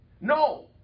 no